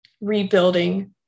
rebuilding